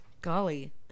Golly